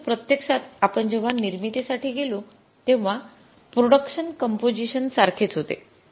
परंतु प्रत्यक्षात आपण जेव्हा निर्मितीसाठी गेलो तेव्हा प्रोडक्शन कंपोझिशन सारखेच होते